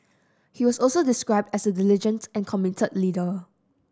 he was also described as a diligent and committed leader